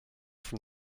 from